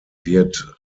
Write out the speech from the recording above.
wird